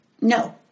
No